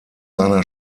einer